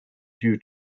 due